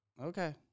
Okay